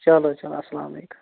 چلو چلو اسلامُ علیکُم